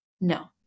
No